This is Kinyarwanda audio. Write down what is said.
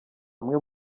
amwe